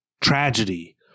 tragedy